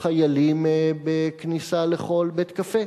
חיילים בכניסה לכל בית-קפה?